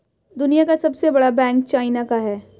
दुनिया का सबसे बड़ा बैंक चाइना का है